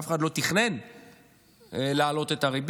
אף אחד לא תכנן להעלות את הריבית,